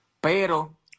pero